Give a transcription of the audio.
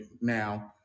now